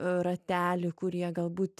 rately kurie galbūt